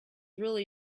really